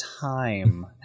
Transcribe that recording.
time